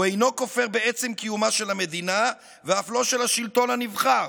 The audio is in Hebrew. הוא אינו כופר בעצם קיומה של המדינה ואף לא של השלטון הנבחר,